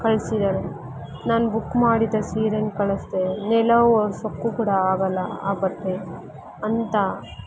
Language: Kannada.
ಕಳಿಸಿದಾರೆ ನಾನು ಬುಕ್ ಮಾಡಿದ ಸೀರೇ ಕಳಿಸ್ದೆ ನೆಲ ಒರ್ಸೋಕ್ಕೂ ಕೂಡ ಆಗಲ್ಲ ಆ ಬಟ್ಟೆ ಅಂತ